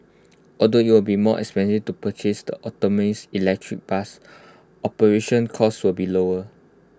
although IT will be more expensive to purchase the electric bus operational costs will be lower